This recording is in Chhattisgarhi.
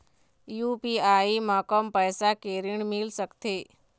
यू.पी.आई म कम पैसा के ऋण मिल सकथे?